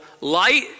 light